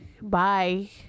Bye